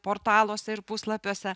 portaluose ir puslapiuose